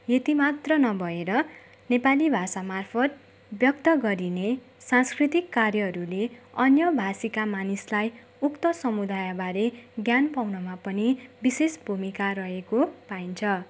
यतिमात्र नभएर नेपाली भाषा मार्फत व्यक्त गरिने सांस्कृतिक कार्यहरूले अन्य भाषीका मानिसलाई उक्त समुदायबारे ज्ञान पाउनमा पनि विशेष भूमिका रहेको पाइन्छ